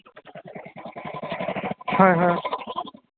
হয় হয়